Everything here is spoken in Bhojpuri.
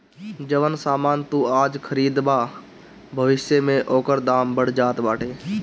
जवन सामान तू आज खरीदबअ भविष्य में ओकर दाम बढ़ जात बाटे